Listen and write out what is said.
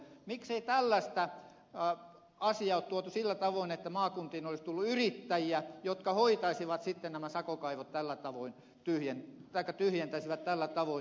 miksei tällaista asiaa ole tuotu esiin sillä tavoin että maakuntiin olisi tullut yrittäjiä jotka tyhjentäisivät sitten nämä sakokaivot tällä tavoin tyyliä tai kieltäisivät tällä tavoin